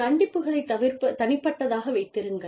கண்டிப்புகளைத் தனிப்பட்டதாக வைத்திருங்கள்